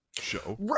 show